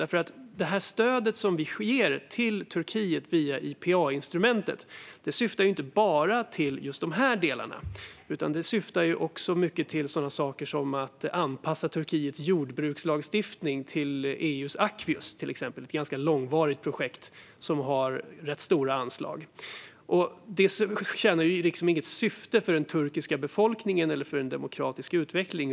Det stöd som vi ger till Turkiet via IPA syftar nämligen inte bara till just dessa saker utan också mycket till sådant som att anpassa Turkiets jordbrukslagstiftning till EU:s aki, till exempel - ett ganska långvarigt projekt som har rätt stora anslag. Det tjänar inget syfte för den turkiska befolkningen eller för en demokratisk utveckling.